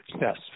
Yes